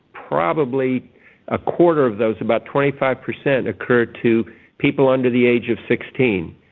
probably a quarter of those, about twenty five percent occur to people under the age of sixteen.